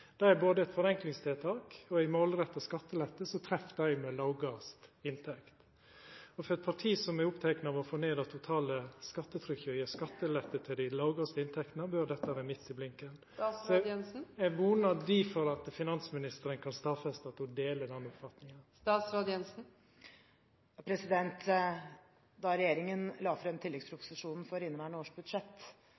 Både forenklingstiltak og ei målretta skattelette treffer dei med lågast inntekt. For eit parti som er oppteke av å få ned det totale skattetrykket og gje skattelette til dei med dei lågaste inntektene, bør dette vera midt i blinken. Eg vonar difor at finansministeren kan stadfesta at ho deler den oppfatninga.